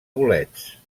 bolets